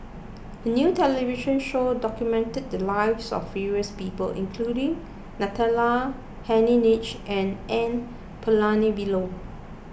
a new television show documented the lives of various people including Natalie Hennedige and N Palanivelu